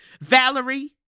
Valerie